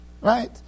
right